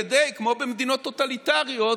כמו במדינות טוטליטריות,